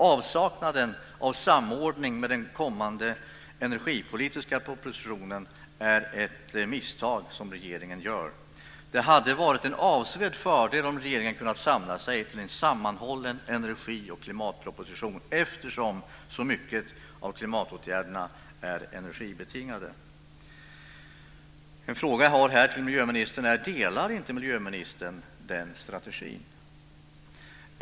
Avsaknaden av samordning med den kommande energipolitiska propositionen är ett misstag som regeringen gör. Det hade varit en avsevärd fördel om regeringen kunnat samla sig till en sammanhållen energi och klimatproposition eftersom så mycket av klimatåtgärderna är energibetingade. En fråga jag har till miljöministern är: Delar inte miljöministern uppfattningen om den strategin?